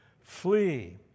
Flee